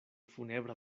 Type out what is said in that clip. funebra